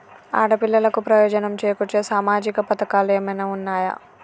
ఆడపిల్లలకు ప్రయోజనం చేకూర్చే సామాజిక పథకాలు ఏమైనా ఉన్నయా?